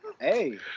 Hey